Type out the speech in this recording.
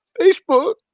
Facebook